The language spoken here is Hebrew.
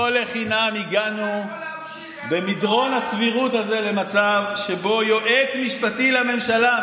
לא לחינם הגענו במדרון הסבירות הזה למצב שבו יועץ משפטי לממשלה,